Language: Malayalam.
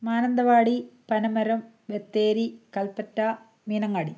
മാനന്തവാടി പനമരം ബത്തേരി കൽപറ്റ മീനങ്ങാടി